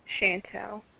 Chantel